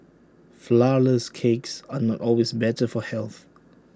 Flourless Cakes are not always better for health